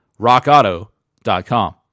Rockauto.com